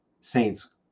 saints